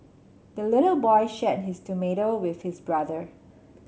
the little boy shared his tomato with his brother